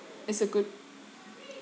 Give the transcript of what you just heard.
is a good